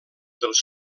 dels